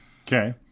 Okay